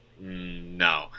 no